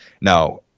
Now